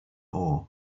ore